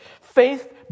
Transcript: Faith